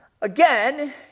Again